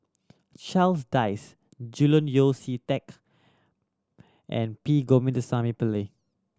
Charles Dyce Julian Yeo See Teck and P Govindasamy Pillai